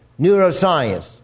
neuroscience